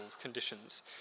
conditions